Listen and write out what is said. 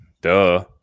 Duh